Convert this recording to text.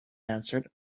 answered